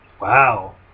Wow